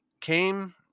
came